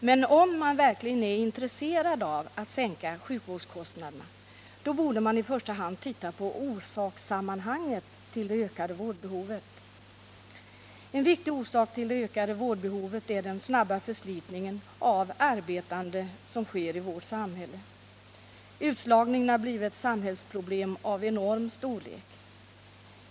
Men om man verkligen är intresserad av att sänka sjukvårdskostnaderna, borde man i första hand då titta på orsakssammanhanget bakom det ökade vårdbehovet. En viktig orsak till det ökade vårdbehovet är den snabba förslitningen av arbetande som sker i vårt samhälle. Utslagningen har blivit ett samhällsproblem av enorm storlek.